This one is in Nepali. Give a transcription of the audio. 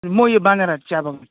म यो बानरहाट चिया बगान